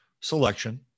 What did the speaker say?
selection